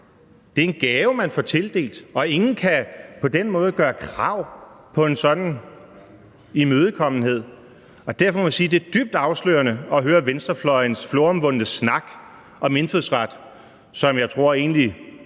Det er en gave, man får tildelt, og ingen kan på den måde gøre krav på en sådan imødekommenhed. Derfor må jeg sige, at det er dybt afslørende at høre venstrefløjens floromvundne snak om indfødsret, som jeg tror egentlig